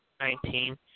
nineteen